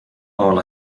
all